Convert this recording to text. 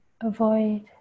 avoid